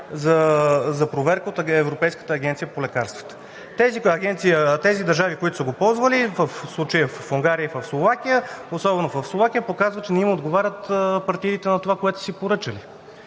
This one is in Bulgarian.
за проверка от Европейската агенция по лекарствата. Тези държави, които са го ползвали, в случая в Унгария и в Словакия, особено в Словакия показва, че не отговарят партидите на това, което са си поръчали,